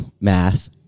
math